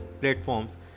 platforms